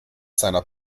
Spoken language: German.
seiner